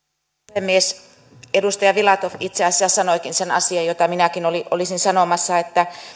puhemies edustaja filatov itse asiassa sanoikin sen asian jonka minäkin olisin sanomassa